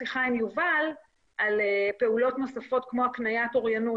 שיחה עם יובל על פעולות נוספות כמו הקניית אוריינות,